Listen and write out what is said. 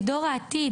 את דור העתיד,